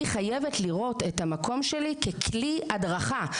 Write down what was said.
אני חייבת לראות את המקום שלי ככלי הדרכה,